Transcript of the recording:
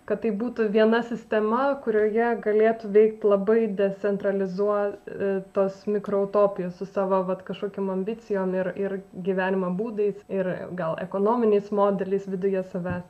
kad tai būtų viena sistema kurioje galėtų veikti labai decentralizuotas mikroutopijos su savo vat kažkokiom ambicijom ir ir gyvenimo būdais ir gal ekonominiais modeliais viduje savęs